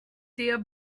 der